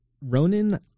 Ronan